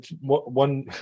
one